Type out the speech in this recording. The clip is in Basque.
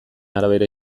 arabera